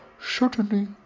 Certainly